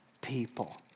people